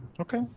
Okay